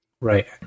Right